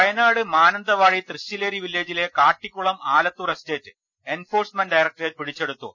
വയനാട് മാനന്തവാടി തൃശ്ശിലേരി വില്ലേജിലെ Kattikulam Alathur estate enforcement directorate പിടിച്ചെടുത്തു